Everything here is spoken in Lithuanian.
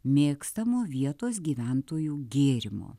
mėgstamo vietos gyventojų gėrimo